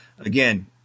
Again